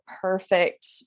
perfect